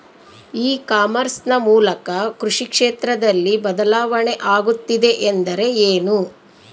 E commerce ನ ಮೂಲಕ ಕೃಷಿ ಕ್ಷೇತ್ರದಲ್ಲಿ ಬದಲಾವಣೆ ಆಗುತ್ತಿದೆ ಎಂದರೆ ಏನು?